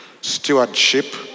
Stewardship